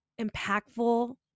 impactful